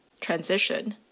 transition